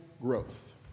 growth